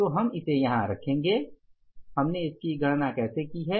तो हम इसे यहाँ रखेंगे हमने इसकी कैसे गणना की है